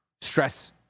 stress